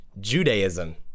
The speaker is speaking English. Judaism